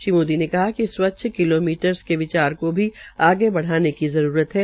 श्री मोदी ने कहा कि स्व्च्छ किलोमीटरर्स के विचार को भी आगे बढ़ाने का जरूरत है